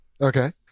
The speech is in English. Okay